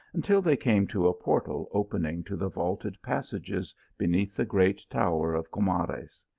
until they came to a portal opening to the vaulted passages beneath the great tower of co mares.